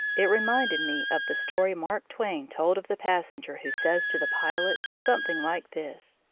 it re minded me of the story mark twain told of the passenger who says to the pilot something like this